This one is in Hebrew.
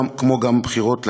כמו גם בחירות לכנסת,